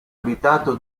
abitato